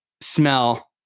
smell